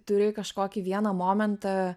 turi kažkokį vieną momentą